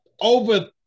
over